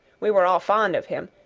we were all fond of him,